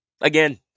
Again